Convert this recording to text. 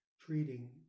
treating